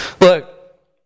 Look